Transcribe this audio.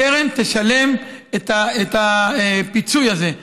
הקרן תשלם את הפיצוי הזה,